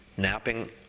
napping